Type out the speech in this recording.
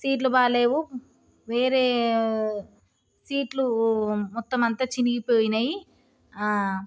సీట్లు బాగలేవు వేరే సీట్లు మొత్తం అంతా చినిగిపోయినాయి